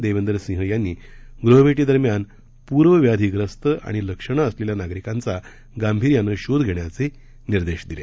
देवेंदर सिंह यांनी गृहभेटीदरम्यान पूर्वव्याधीप्रस्त आणि लक्षणे असलेल्या नागरिकांचा गांभिर्याने शोध घेण्याचे निर्देश दिले